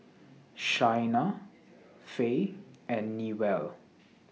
Shaina Fae and Newell